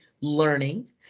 learning